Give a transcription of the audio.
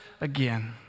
again